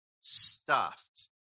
stuffed